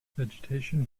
vegetation